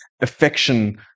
affection